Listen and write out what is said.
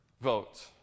vote